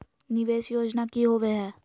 निवेस योजना की होवे है?